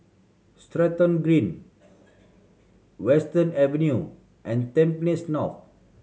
Stratton Green Western Avenue and Tampines North